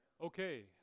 Okay